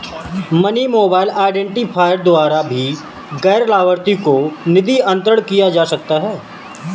money mobile identifier द्वारा भी गैर लाभार्थी को निधि अंतरण किया जा सकता है